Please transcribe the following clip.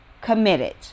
committed